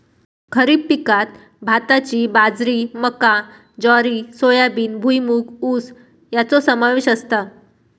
खरीप पिकांत भाताची बाजरी मका ज्वारी सोयाबीन भुईमूग ऊस याचो समावेश असता